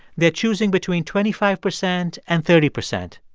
they're choosing between twenty five percent and thirty percent.